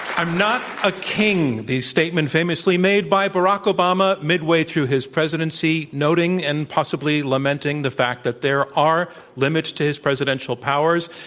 i'm not a king, the statement famously made by barack obama midway through his presidency, noting and possibly lamenting the fact that there are limits to hispresidential powers,